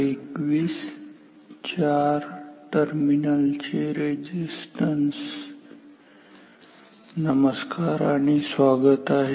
चार टर्मिनलचे रेझिस्टन्स नमस्कार आणि स्वागत आहे